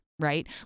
Right